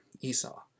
Esau